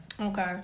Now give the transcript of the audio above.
Okay